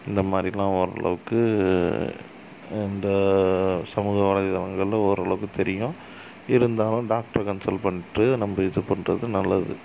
இந்த மாதிரிலாம் ஓரளவுக்கு இந்த சமூக வலைதளங்களில் ஓரளவுக்கு தெரியும் இருந்தாலும் டாக்ட்ர கன்ஸல்ட் பண்ணிட்டு நம்ம இது பண்ணுறது நல்லது